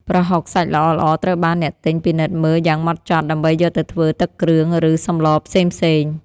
ប្រហុកសាច់ល្អៗត្រូវបានអ្នកទិញពិនិត្យមើលយ៉ាងហ្មត់ចត់ដើម្បីយកទៅធ្វើទឹកគ្រឿង ឬសម្លផ្សេងៗ។